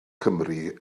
cymru